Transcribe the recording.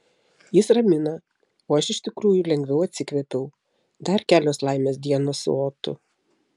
jis ramina o aš iš tikrųjų lengviau atsikvėpiau dar kelios laimės dienos su otu